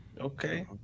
Okay